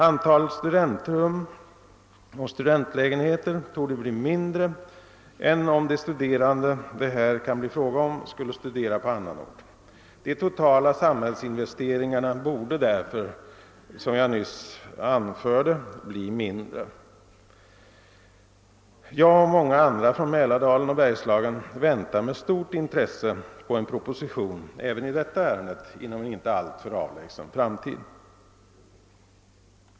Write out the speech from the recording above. Antalet studentrum och studentlägenheter torde bli mindre än om de studerande det här kan bli fråga om skulle studera på annan ort. De totala samhällsinvesteringarna borde därför, som jag nyss anförde, bli mindre. Jag och många andra från Mälardalen och Bergslagen väntar med stort intres se på en proposition även i detta ärende inom en inte alltför avlägsen framtid.